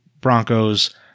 Broncos